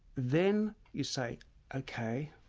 then you say ok,